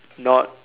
not